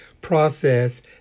process